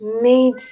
made